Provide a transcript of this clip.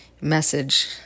message